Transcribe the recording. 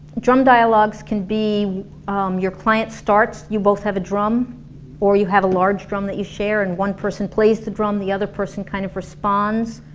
drum dialogues can be your client starts, you have a drum or you have a large drum that you share and one person plays the drum, the other person kind of responds